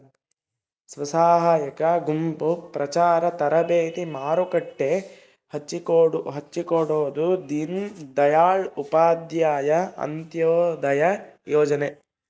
ಸ್ವಸಹಾಯ ಗುಂಪು ಪ್ರಚಾರ ತರಬೇತಿ ಮಾರುಕಟ್ಟೆ ಹಚ್ಛಿಕೊಡೊದು ದೀನ್ ದಯಾಳ್ ಉಪಾಧ್ಯಾಯ ಅಂತ್ಯೋದಯ ಯೋಜನೆ